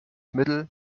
mittel